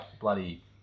bloody